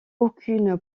aucune